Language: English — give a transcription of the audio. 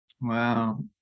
Wow